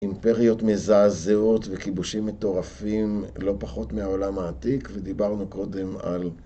אימפריות מזעזעות וכיבושים מטורפים לא פחות מהעולם העתיק ודיברנו קודם על